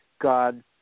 God